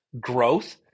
growth